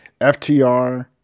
FTR